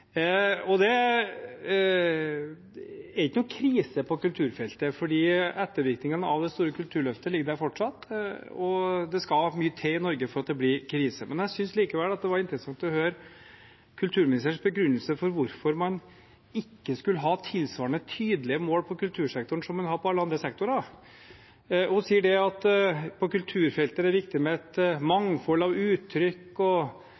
nå. Det er ikke noen krise på kulturfeltet, for ettervirkningene av det store Kulturløftet ligger der fortsatt. Det skal mye til for at det blir krise i Norge. Jeg syntes likevel det var interessant å høre kulturministerens begrunnelse for hvorfor man ikke skulle ha tilsvarende tydelige mål i kultursektoren som man har i alle andre sektorer. Hun sier at på kulturfeltet er det viktig med et